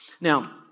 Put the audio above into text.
Now